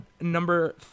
number